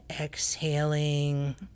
exhaling